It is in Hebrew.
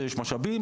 יש משאבים,